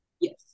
Yes